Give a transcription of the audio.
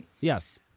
Yes